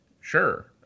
Sure